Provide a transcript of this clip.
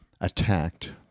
attacked